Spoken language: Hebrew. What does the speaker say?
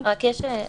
רק יש,